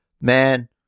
man